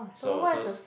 so so